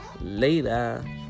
Later